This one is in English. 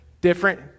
different